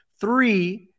three